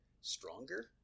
stronger